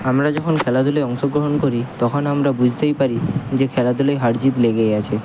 আমরা যখন খেলাধুলায় অংশগ্রহণ করি তখন আমরা বুঝতেই পারি যে খেলাধুলায় হার জিত লেগেই আছে